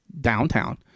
downtown